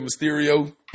Mysterio